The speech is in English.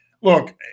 look